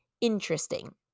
interesting